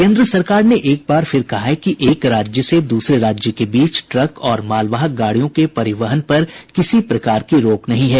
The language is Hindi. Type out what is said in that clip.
केन्द्र सरकार ने एक बार फिर कहा है कि एक राज्य से दूसरे राज्य के बीच ट्रक और मालवाहक गाड़ियों के परिवहन पर किसी प्रकार की रोक नहीं है